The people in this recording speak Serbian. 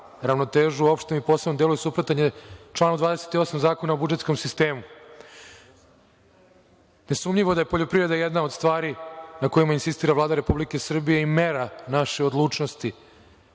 jer on nema ravnotežu u suprotan je članu 28. Zakona o budžetskom sistemu. Nesumnjivo je da je poljoprivreda jedna od stvari na kojima insistira Vlada Republike Srbije i mera naše odlučnosti